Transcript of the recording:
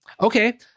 Okay